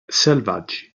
selvaggi